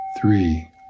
three